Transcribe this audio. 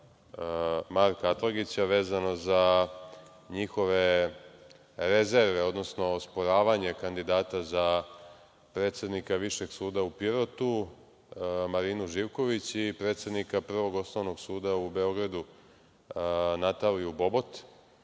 Marka Atlagića vezano za njihove rezerve, odnosno osporavanje kandidata za predsednika Višeg suda u Pirotu, Marinu Živković i predsednika Prvog osnovnog suda u Beogradu, Nataliju Bobot.